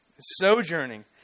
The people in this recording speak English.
sojourning